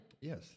Yes